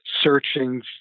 searching